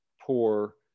poor